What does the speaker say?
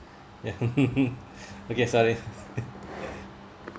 okay sorry